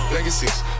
Legacies